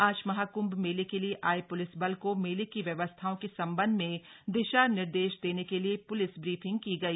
आज महाकृंभ मेले के लिए आए प्रलिस बल को मेले की व्यवस्थाओं के संबंध में दिशा निर्देश देने के लिए प्लिस ब्रीफिंग की गई